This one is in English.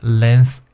length